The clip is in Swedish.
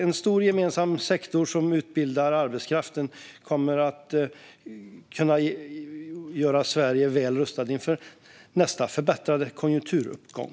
En stor gemensam sektor som utbildar arbetskraften kommer som sagt att göra Sverige väl rustat inför nästa förbättrade konjunkturuppgång.